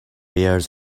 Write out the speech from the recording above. ears